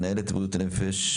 מנהלת בריאות הנפש,